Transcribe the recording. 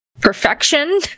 perfection